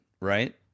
right